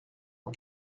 aux